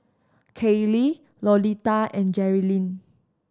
Kaylie Lolita and Jerilyn